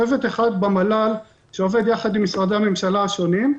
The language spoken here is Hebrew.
צוות אחד במל"ל עובד ביחד עם משרדי הממשלה השונים,